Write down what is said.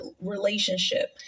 relationship